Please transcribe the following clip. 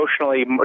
emotionally